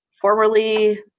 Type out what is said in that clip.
formerly